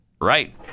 Right